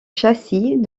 châssis